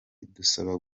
idusaba